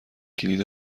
کلید